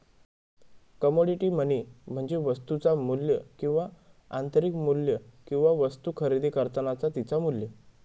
commodity money म्हणजे वस्तुचा मू्ल्य किंवा आंतरिक मू्ल्य किंवा वस्तु खरेदी करतानाचा तिचा मू्ल्य